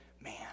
man